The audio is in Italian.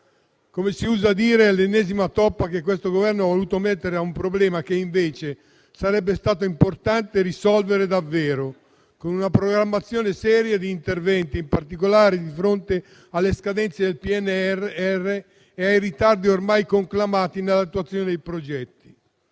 Come si usa dire, è l'ennesima toppa che questo Governo ha voluto mettere a un problema che invece sarebbe stato importante risolvere davvero, con una programmazione seria di interventi, in particolare di fronte alle scadenze del PNRR e ai ritardi ormai conclamati nell'attuazione dei progetti.